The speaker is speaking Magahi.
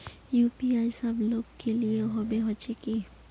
यु.पी.आई सब लोग के लिए होबे होचे की?